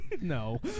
No